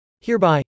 Hereby